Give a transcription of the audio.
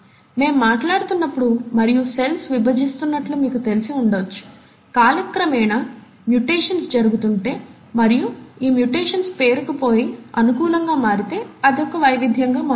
మేము మాట్లాడుతున్నప్పుడు మరియు సెల్స్ విభజిస్తున్నట్లు మీకు తెలిసి ఉండవచ్చు కాలక్రమేణా మ్యూటేషన్స్ జరుగుతుంటే మరియు ఈ మ్యుటేషన్స్ పేరుకుపోయి అనుకూలంగా మారితే అది ఒక వైవిధ్యంగా మారుతుంది